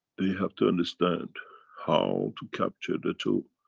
they have to understand how to capture the two,